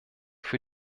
für